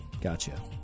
gotcha